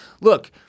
Look